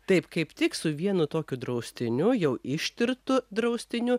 taip kaip tik su vienu tokiu draustiniu jau ištirtu draustiniu